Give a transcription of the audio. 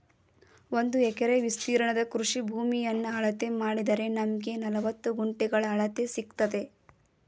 ಒಂದು ಎಕರೆ ವಿಸ್ತೀರ್ಣದ ಕೃಷಿ ಭೂಮಿಯನ್ನ ಅಳತೆ ಮಾಡಿದರೆ ನಮ್ಗೆ ನಲವತ್ತು ಗುಂಟೆಗಳ ಅಳತೆ ಸಿಕ್ತದೆ